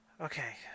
Okay